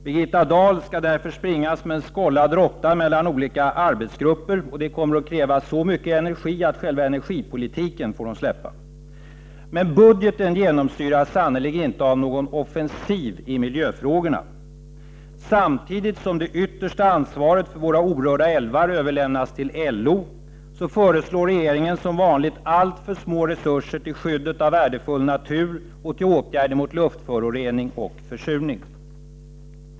Birgitta Dahl skall därför springa som en skållad råtta mellan olika arbetsgrupper. Det kommer att kräva så mycket energi att hon får släppa själva energipolitiken. Men budgeten genomsyras sannerligen inte av någon offensiv i miljöfrågorna. Samtidigt som det yttersta ansvaret för våra orörda älvar överlämnas till LO föreslår regeringen som vanligt alltför små resurser till skyddet av värdefull natur och till åtgärder mot luftförorening och försurning.